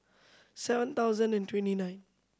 seven thousand and twenty nine